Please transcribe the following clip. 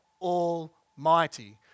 Almighty